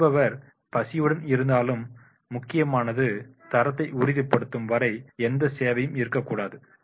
வருபவர் பசியுடன் இருந்தாலும் முக்கியமானது தரத்தை உறுதிப்படுத்தும் வரை எந்த சேவையும் இருக்கக்கூடாது